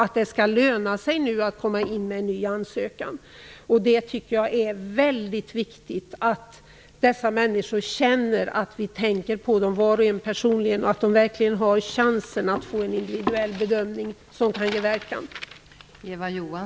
Jag tycker att det är väldigt viktigt att dessa människor känner att vi tänker på dem, var och en personligen, och att de verkligen har chansen att få en individuell bedömning som kan ge verkan.